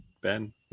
Ben